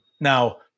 Now